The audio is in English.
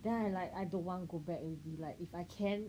then I like I don't want go back already like if I can